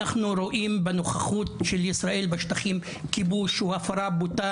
אנחנו רואים בנוכחות של ישראל בשטחים כיבוש והפרה בוטה